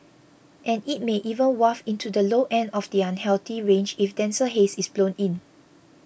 and it may even waft into the low end of the unhealthy range if denser haze is blown in